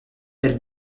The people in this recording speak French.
elle